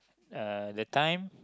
uh the time